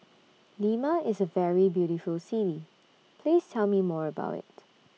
Lima IS A very beautiful City Please Tell Me More about IT